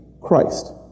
Christ